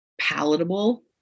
palatable